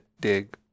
Dig